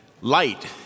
light